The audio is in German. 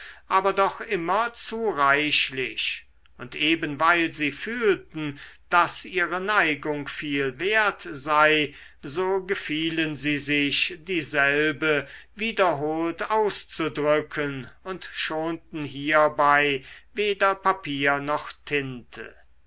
aber doch immer zu reichlich und eben weil sie fühlten daß ihre neigung viel wert sei so gefielen sie sich dieselbe wiederholt auszudrücken und schonten hierbei weder papier noch tinte